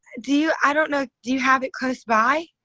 do you, i don't know, do you have it close by?